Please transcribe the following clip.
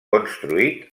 construït